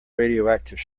radioactive